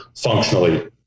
functionally